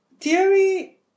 theory